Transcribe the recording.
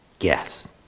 Yes